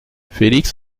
félix